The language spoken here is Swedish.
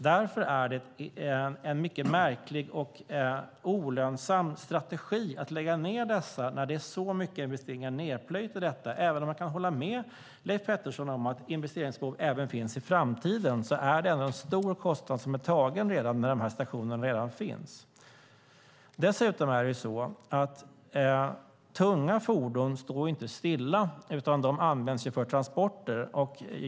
Därför är det en mycket märklig och olönsam strategi att lägga ned dessa när det är så mycket investeringar nedplöjda i dem. Även om jag kan hålla med Leif Pettersson om att investeringsbehov även finns i framtiden är en stor kostnad redan tagen när de här stationerna redan finns. Dessutom står tunga fordon inte stilla, utan de används för transporter.